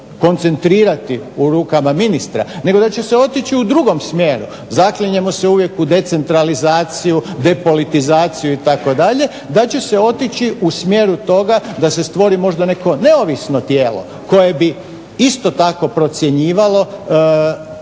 da će se moći koncentrirati u rukama ministra nego da će se otići u drugom smjeru. Zaklinjemo se uvijek u decentralizaciju, depolitizaciju itd., da će se otići u smjeru toga da se stvori možda neko neovisno tijelo koje bi isto tako procjenjivalo kvalitetu